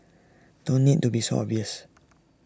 don't need to be so obvious